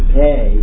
pay